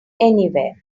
anywhere